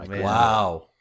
Wow